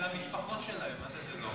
זה למשפחות שלהם, מה זה "זה לא"?